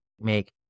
make